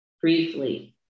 Briefly